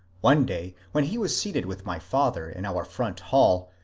one day when he was seated with my father in our front hall,